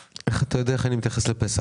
איך אתה יודע איך אני מתייחס לפסח?